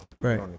Right